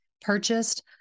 purchased